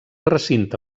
recinte